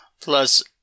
plus